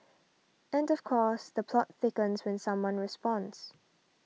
and of course the plot thickens when someone responds